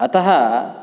अतः